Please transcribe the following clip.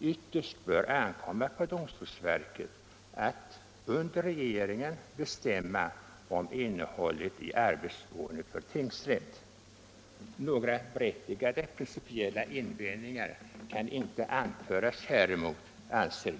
ytterst bör ankomma på domstolsverket att under regeringen bestämma om innehållet i arbetsordning för tingsrätt. Några berättigade principiella invändningar kan inte anföras häremot, anser vi.